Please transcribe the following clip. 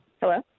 Hello